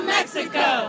Mexico